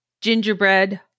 gingerbread